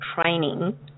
training